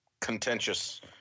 contentious